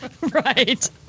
Right